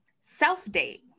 self-date